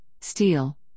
steel